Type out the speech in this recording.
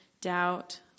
doubt